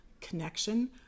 connection